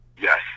Yes